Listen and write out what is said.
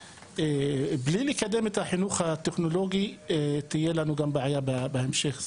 בלי לקדם את החינוך הטכנולוגי תהיה לנו בעיה בהמשך,